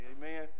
amen